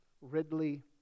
Ridley